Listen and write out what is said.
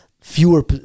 fewer